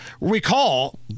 recall